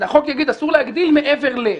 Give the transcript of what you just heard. החוק יגיד 'אסור להגדיל מעבר ל-',